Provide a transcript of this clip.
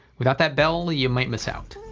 without that bell you might miss out.